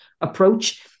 approach